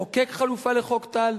לחוקק חלופה לחוק טל,